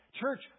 Church